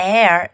Air